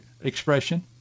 expression